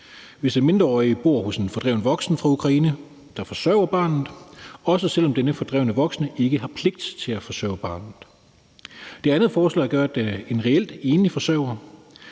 hvis den mindreårige bor hos en fordreven voksen fra Ukraine, der forsørger barnet, også selv om denne fordrevne voksne ikke har pligt til at forsørge barnet. Det andet forslag gør, at en reelt enlig forsørger,